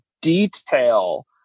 detail